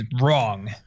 wrong